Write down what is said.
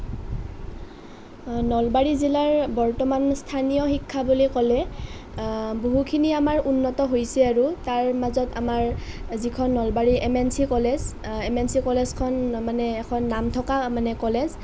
নলবাৰী জিলাৰ বৰ্তমান স্থানীয় শিক্ষা বুলি ক'লে বহুখিনি আমাৰ উন্নত হৈছে আৰু তাৰ মাজত আমাৰ যিখন নলবাৰীৰ M N C college M N C কলেজখন মানে এখন নাম থকা মানে কলেজ